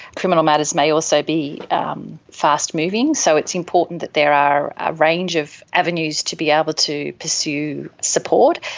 criminal matters may also be um fast moving, so it's important that there are a range of avenues to be able to pursue support.